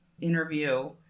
interview